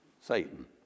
Satan